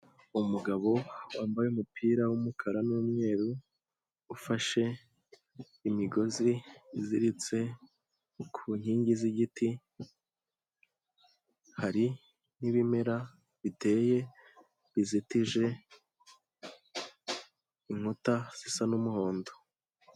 Umugabo wambaye umupira w'umukara n'umweru, ufashe imigozi iziritse ku nkingi z'igiti, hari n'ibimera biteye bizitije inkuta zisa n'umuhondo.